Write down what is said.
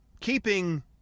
keeping